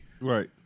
Right